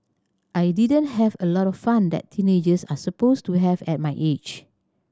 I didn't have a lot of fun that teenagers are supposed to have at my age